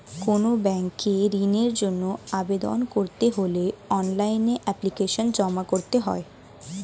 কোনো ব্যাংকে ঋণের জন্য আবেদন করতে হলে অনলাইনে এপ্লিকেশন জমা করতে হয়